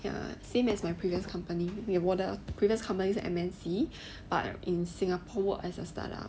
ya same as my previous company we awarded a previous company 是 M_N_C but in singapore as a start up